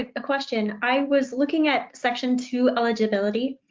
a question. i was looking at section two, eligibility,